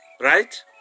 right